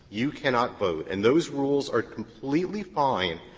you cannot vote. and those rules are completely fine